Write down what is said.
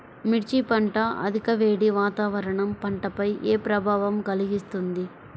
మిర్చి పంట అధిక వేడి వాతావరణం పంటపై ఏ ప్రభావం కలిగిస్తుంది?